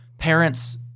Parents